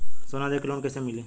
सोना दे के लोन कैसे मिली?